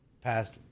past